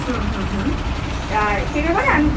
হুম হুম হুম সেই ব্যাপারে আমি